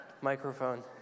microphone